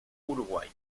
uruguay